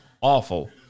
awful